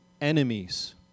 enemies